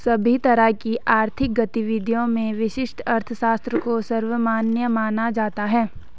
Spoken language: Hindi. सभी तरह की आर्थिक गतिविधियों में व्यष्टि अर्थशास्त्र को सर्वमान्य माना जाता है